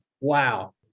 Wow